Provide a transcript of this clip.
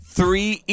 three